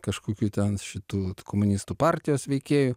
kažkokių ten šitų tų komunistų partijos veikėjų